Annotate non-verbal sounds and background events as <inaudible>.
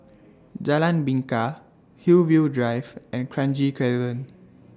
<noise> Jalan Bingka Hillview Drive and Kranji Crescent